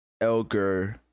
Elgar